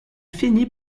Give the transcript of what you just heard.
fini